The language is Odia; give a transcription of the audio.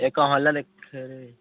ଏକ ହଲ୍ରେ